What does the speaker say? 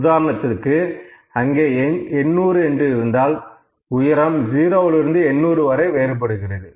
உதாரணத்திற்கு அங்கே 800 என்று இருந்தால் உயரம் 0 லிருந்து 800 வரை வேறுபடுகிறது